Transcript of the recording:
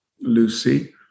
Lucy